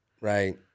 Right